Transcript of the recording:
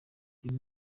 uyu